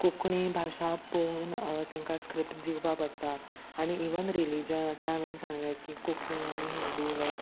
कोंकणी भाशा पळोवन तेंकां स्क्रिप्ट दिवपा पडटा आनी इवन रिलिजन आतां हांवेन सांगलें की कोंकणी आनी हिंदू लायक